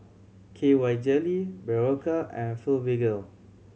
K Y Jelly Berocca and Blephagel